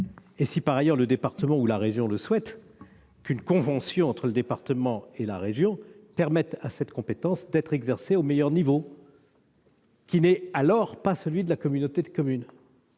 et si par ailleurs le département ou la région le désirent, qu'une convention entre le département et la région permette à cette compétence d'être exercée au meilleur niveau, qui n'est alors pas celui de la communauté de communes.